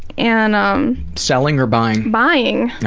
and um selling or buying? buying!